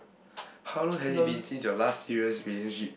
how long has it been since your last serious relationship